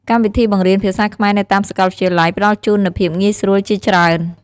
កម្មវិធីបង្រៀនភាសាខ្មែរនៅតាមសាកលវិទ្យាល័យផ្តល់ជូននូវភាពងាយស្រួលជាច្រើន។